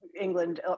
England